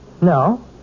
No